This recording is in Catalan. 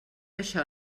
això